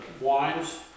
wines